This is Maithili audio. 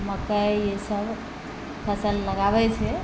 मकइ ई सब फसल लगाबै छै